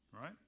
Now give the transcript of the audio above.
right